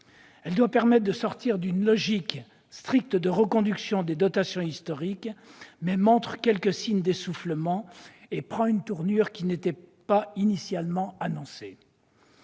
qui doit permettre de sortir d'une logique stricte de reconduction des dotations historiques, montre quelques signes d'essoufflement et prend une tournure qui n'était pas initialement annoncée.